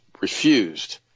refused